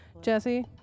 Jesse